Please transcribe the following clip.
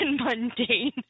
mundane